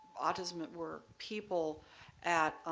autism at work people at